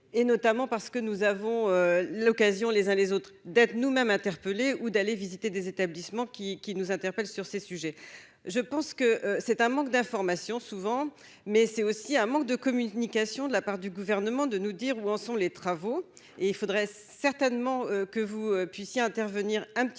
et notamment parce que nous avons l'occasion les uns les autres d'être nous-mêmes interpellé ou d'aller visiter des établissements qui qui nous interpellent sur ces sujets, je pense que c'est un manque d'informations souvent mais c'est aussi un manque de communication de la part du gouvernement, de nous dire où en sont les travaux et il faudrait certainement que vous puissiez intervenir un petit peu